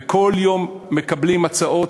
וכל יום מקבלים הצעות,